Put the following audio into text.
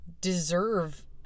deserve